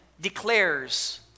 declares